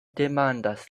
demandas